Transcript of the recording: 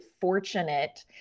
fortunate